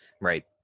Right